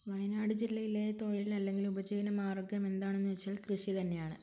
വയനാട് ജില്ലയിലെ തൊഴിലല്ലെങ്കിൽ ഉപജീവനമാർഗം എന്താണെന്ന് ചോദിച്ചാൽ കൃഷി തന്നെയാണ്